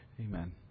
Amen